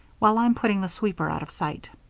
while i'm putting the sweeper out of sight.